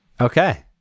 okay